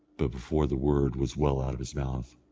but before the word was well out of his mouth,